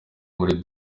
muri